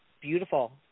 Beautiful